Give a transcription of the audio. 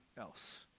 else